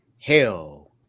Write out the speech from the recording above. Hell